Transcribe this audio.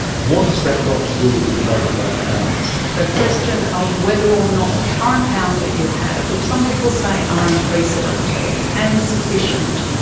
what has that got to do with the debate about powers? the question of whether or not the current powers that you have, which some people say are unprecedented and sufficient,